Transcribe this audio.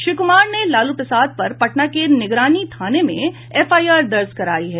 श्री कुमार ने लालू प्रसाद पर पटना के निगरानी थाने में एफआईआर दर्ज करायी है